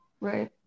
Right